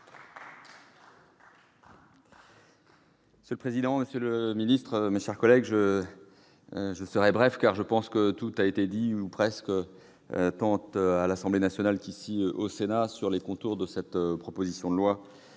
Monsieur le président, monsieur le ministre, mes chers collègues, je serai bref, car je pense que tout a déjà été dit, tant à l'Assemblée nationale qu'au Sénat, sur les dispositions de cette proposition de loi